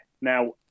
Now